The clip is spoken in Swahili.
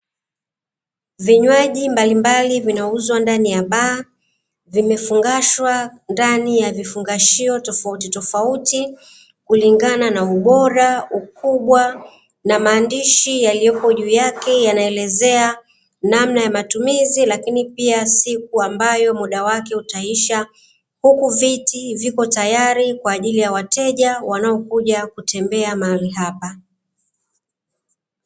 Vinywaji mbalimbali vinauzwa ndani ya baa vimefungashwa ndani ya vifungashio tofauti tofauti kulingana na ubora, ukubwa na maandishi yaliyopo juu yake yanaelezea namna ya matumizi lakini pia siku ambayo muda wake utaisha uku viti viko tayali kwaajili ya wateja wanaokuja kutembea mahali hapa.